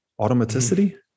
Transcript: Automaticity